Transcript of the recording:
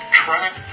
track